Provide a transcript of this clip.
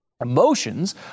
emotions